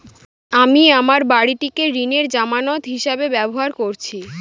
আমি আমার বাড়িটিকে ঋণের জামানত হিসাবে ব্যবহার করেছি